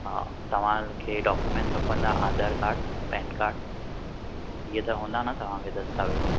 हा तव्हांखे डॉक्यूमेंट्स खपंदा आधार कार्ड पेन कार्ड इहे त हूंदा न तव्हांखे दस्तावेज़